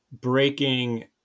breaking